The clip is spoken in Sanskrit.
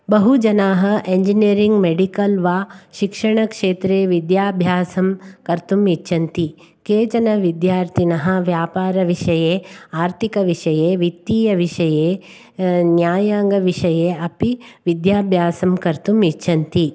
बहुजनाः इञ्जिनियरिङ् मेडिकल् वा शिक्षणक्षेत्रे विद्याभ्यासं कर्तुम् इच्छन्ति केचन विद्यार्थिनः व्यापारविषये आर्तिकविषये वित्तीयविषये न्यायाङ्गविषये अपि विद्याभ्यासं कर्तुम् इच्छन्ति